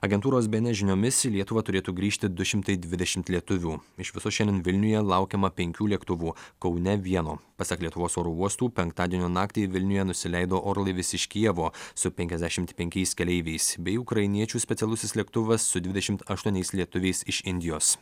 agentūros bns žiniomis į lietuvą turėtų grįžti du šimtai dvidešimt lietuvių iš viso šiandien vilniuje laukiama penkių lėktuvų kaune vieno pasak lietuvos oro uostų penktadienio naktį vilniuje nusileido orlaivis iš kijevo su penkiasdešimt penkiais keleiviais bei ukrainiečių specialusis lėktuvas su dvidešimt aštuoniais lietuviais iš indijos